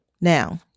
now